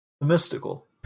Mystical